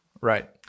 right